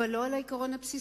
אבל לא על העיקרון הבסיסי.